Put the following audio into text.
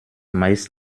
meist